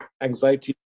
anxiety